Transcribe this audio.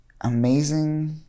amazing